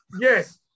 Yes